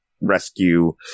rescue